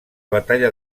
batalla